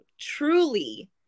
truly